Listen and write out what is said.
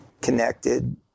connected